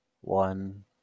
one